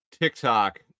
TikTok